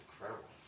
Incredible